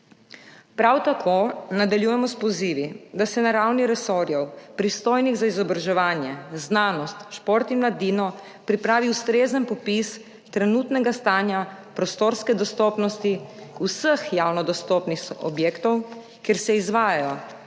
Prav tako nadaljujemo s pozivi, da se na ravni resorjev, pristojnih za izobraževanje, znanost, šport in mladino, pripravi ustrezen popis trenutnega stanja prostorske dostopnosti vseh javno dostopnih objektov, kjer se izvajajo